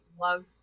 love